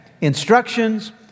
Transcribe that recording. Instructions